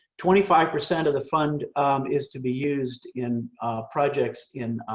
twenty five percent of the fund is to be used in projects in